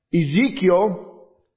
Ezekiel